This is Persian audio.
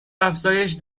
افزایش